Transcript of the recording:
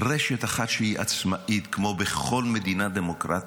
רשת אחת שהיא עצמאית כמו בכל מדינה דמוקרטית.